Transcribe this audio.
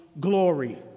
glory